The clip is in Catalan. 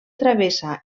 travessa